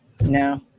no